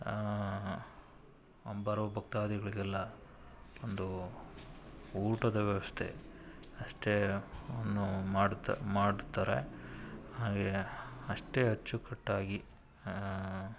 ಆಂ ಬರೋ ಭಕ್ತಾದಿಗಳಿಗೆಲ್ಲ ಒಂದು ಊಟದ ವ್ಯವಸ್ಥೆ ಅಷ್ಟೇ ಅನ್ನು ಮಾಡುತ್ತಾ ಮಾಡ್ತಾರೆ ಹಾಗೇ ಅಷ್ಟೇ ಅಚ್ಚುಕಟ್ಟಾಗಿ